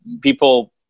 People